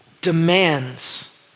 demands